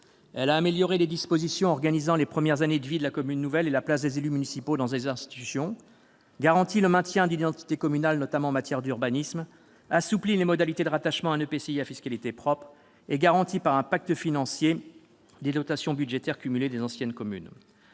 Elle a amélioré les dispositions organisant les premières années de vie de la commune nouvelle et la place des élus municipaux dans ses institutions, garanti le maintien d'une identité communale, notamment en matière d'urbanisme, assoupli les modalités de rattachement à un EPCI à fiscalité propre et garanti, par un pacte financier, le niveau des dotations budgétaires cumulées des anciennes communes.